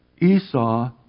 Esau